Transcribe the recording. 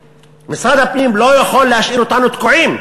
משרד הפנים לא יכול להשאיר אותנו תקועים.